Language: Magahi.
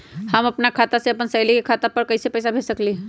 हम अपना खाता से अपन सहेली के खाता पर कइसे पैसा भेज सकली ह?